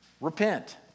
repent